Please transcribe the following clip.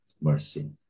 mercy